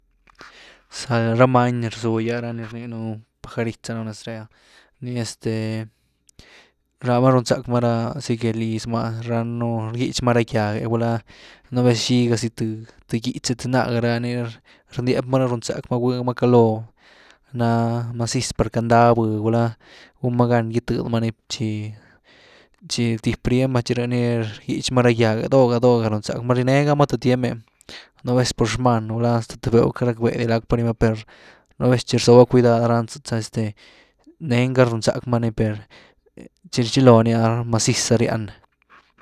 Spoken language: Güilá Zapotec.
Sale, rá many nii rzuh gy ah nii rninëe pajarit za neez re ah, nii este laa rama rywnzack ma asi que liz ma, ráhan nu rgytx má ra gýag’, gulá nú vez xiga zy th th gýhtz’e lat naga rani rndyép’ mani riwnzácka ni, rgwy’ma caloo na maziz par queity ndá vëh, guñá gúhn ma gán gytëedy many txi–txi tip ryeeny va txi rëh nii rgytx ma rá gýag’e, doh’ga-doh’ga riwnzack ma ní, riené gama th tiem’e, nú vez por xman gulá hasta tuby béhew, queity rackbee dia lacktëe pa riema per nú vez txi rzóba cuidad ah ran-tzëetz’a este nehen ga riwnzáck ma ni per este, txi txyloo ni’ah masis iza rýanny.